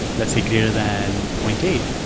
let's say, greater than point eight,